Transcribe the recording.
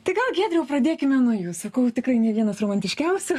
tai gal giedriau pradėkime nuo jų sakau tikrai ne vienas romantiškiausių